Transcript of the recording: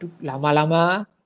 lama-lama